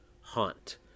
haunt